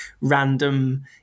random